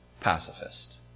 pacifist